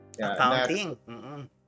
Accounting